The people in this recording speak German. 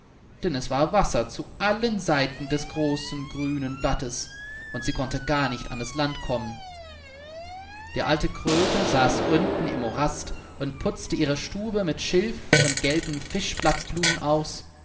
denn es war wasser zu allen seiten des großen grünen blattes und sie konnte gar nicht an das land kommen die alte kröte saß unten im morast und putzte ihre stube mit schilf und gelben fischblattblumen aus